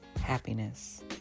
happiness